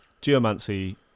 Geomancy